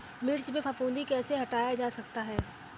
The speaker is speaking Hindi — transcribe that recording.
मिर्च में फफूंदी कैसे हटाया जा सकता है?